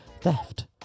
theft